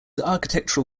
architectural